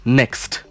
next